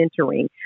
mentoring